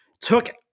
took